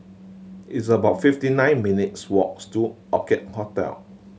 it's about fifty nine minutes' walks to Orchid Hotel